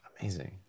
Amazing